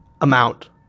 amount